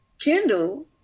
kendall